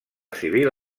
civil